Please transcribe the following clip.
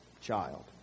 child